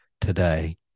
today